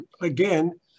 again